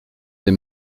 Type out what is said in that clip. des